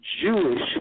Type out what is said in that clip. Jewish